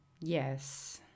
Yes